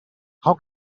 how